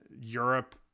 Europe